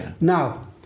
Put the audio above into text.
Now